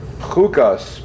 Chukas